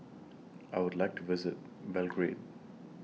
I Would like to visit Belgrade